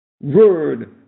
word